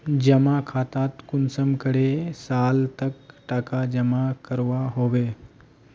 जमा खातात कुंसम करे साल तक टका जमा करवा होबे?